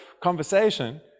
conversation